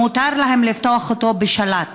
ומותר להם לפתוח אותו בשלט.